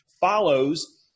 follows